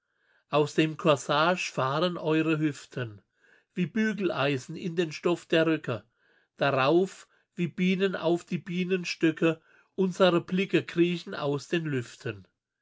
aus dem korsage fahren eure hüften wie bügeleisen in den stoff der röcke darauf wie bienen auf die bienenstöcke unsere blicke kriechen aus den lüften